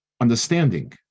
understanding